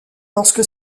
lorsque